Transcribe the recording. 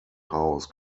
house